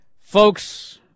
folks